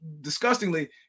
disgustingly